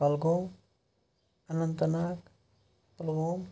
Kulgam Anantnag Pulwama